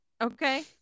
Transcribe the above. Okay